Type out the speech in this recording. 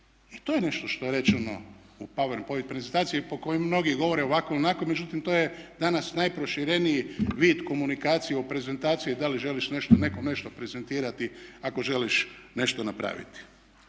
to je nešto što je rečeno u power point prezentaciji i po kojem mnogi govore ovako je onako je, međutim to je danas najprošireniji vid komunikacije o prezentaciji da li želiš nekom nešto prezentirati, ako želiš nešto napraviti.